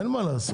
אין מה לעשות,